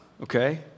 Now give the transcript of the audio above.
okay